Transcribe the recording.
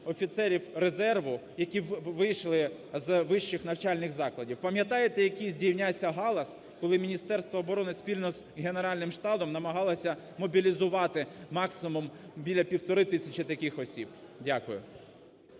офіцерів резерву, які вийшли з вищих навчальних закладів. Пам'ятаєте, який здійнявся галас, коли Міністерство оборони спільно з Генеральним штабом намагалося мобілізувати максимум біля півтори тисячі таких осіб. Дякую.